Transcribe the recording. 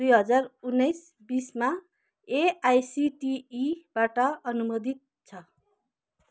दुई हजार उन्नाइस बिसमा एआइसिटिईबाट अनुमोदित छ